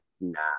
nah